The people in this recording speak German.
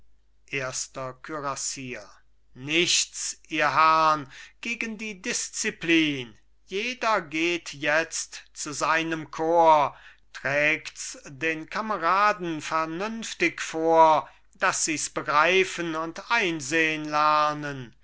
erster kürassier nichts ihr herrn gegen die disziplin jeder geht jetzt zu seinem korps trägts den kameraden vernünftig vor daß sies begreifen und einsehn lernen